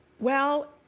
well,